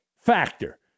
factor